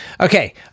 okay